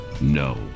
No